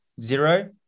zero